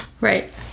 Right